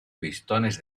pistones